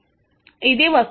5 ఇది వస్తుంది